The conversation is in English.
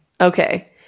Okay